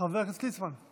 חבר הכנסת ליצמן,